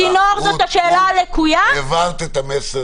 הצינור זאת השאלה הלקויה --- העברת את המסר.